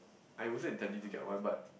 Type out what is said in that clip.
I wasn't intending to get one but